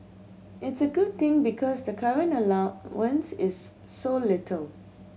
it's a good thing because the current allowance is so little